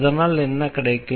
அதனால் என்ன கிடைக்கும்